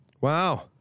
Wow